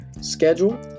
schedule